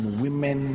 women